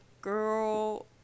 girl